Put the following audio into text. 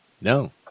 No